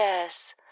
Yes